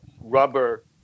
rubber